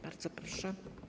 Bardzo proszę.